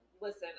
listen